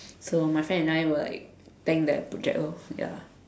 so my friend and I will like tank that project lor ya